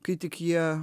kai tik jie